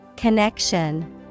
Connection